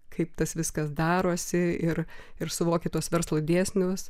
kaip tas viskas darosi ir ir suvoki tuos verslo dėsnius